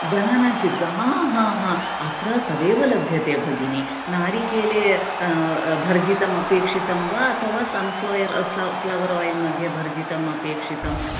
बनाना chips अत्र तदेव लभ्यते भगिनी नारिकेले भर्जितम् अपेक्षितं वा अथवा सन्फ्लायेर् फ्ल् फ्लावर् आयेल् मध्ये भर्जितम् अपेक्षितम्